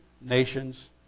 nations